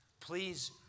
Please